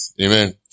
Amen